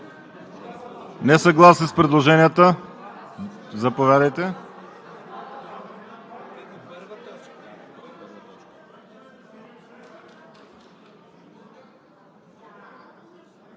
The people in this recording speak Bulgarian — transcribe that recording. Несъгласни с предложенията? Заповядайте.